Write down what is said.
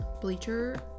bleacher